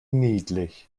niedlich